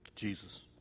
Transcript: Jesus